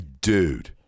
dude